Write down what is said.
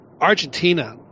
argentina